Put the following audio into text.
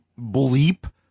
bleep